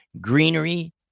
greenery